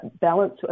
balance